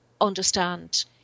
understand